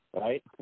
right